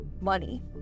money